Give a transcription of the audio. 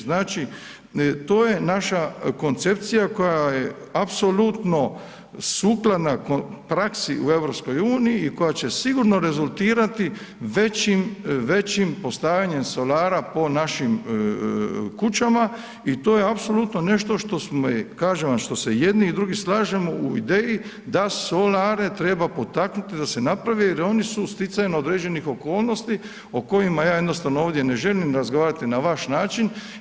Znači to je naša koncepcija koja je apsolutno sukladna praksi u EU i koja će sigurno rezultirati većim postavljanjem solara po našim kućama i to je apsolutno nešto što, kažem vam što se jedni i drugi slažemo u ideji da solare treba potaknuti da se naprave jer oni su stjecajem određenih okolnosti o kojima ja jednostavno ovdje ne želim razgovarati na vaš način.